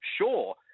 Sure